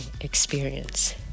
experience